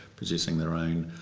producing their own,